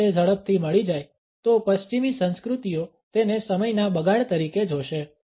જો તે ઝડપથી મળી જાય તો પશ્ચિમી સંસ્કૃતિઓ તેને સમયના બગાડ તરીકે જોશે